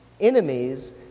enemies